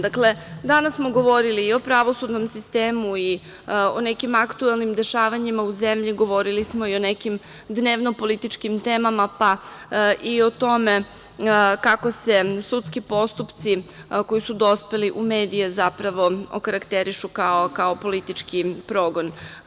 Dakle, danas smo govorili i o pravosudnom sistemu i o nekim aktuelnim dešavanjima u zemlji, govorili smo i o nekim dnevno-političkim temama, pa i o tome kako se sudski postupci koji su dospeli u medije zapravo okarakterišu kao politički progon.